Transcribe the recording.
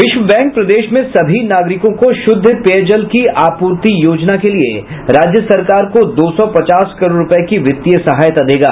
विश्व बैंक प्रदेश में सभी नागरिकों को शुद्ध पेयजल की आपूर्ति योजना के लिए राज्य सरकार को दो सौ पचास करोड़ रूपये की वित्तीय सहायता देगा